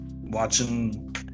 watching